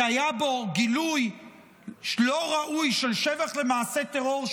כי היה בו גילוי לא ראוי של שבח למעשה טרור,